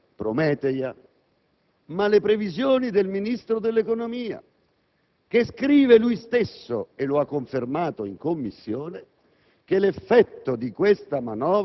Il presidente Prodi forse non ha letto le previsioni del Ministro dell'economia e delle finanze e non solo quelle di importanti